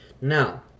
Now